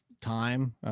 time